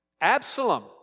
Absalom